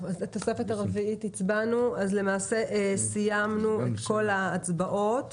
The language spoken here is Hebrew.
למעשה סיימנו את כל ההצבעות.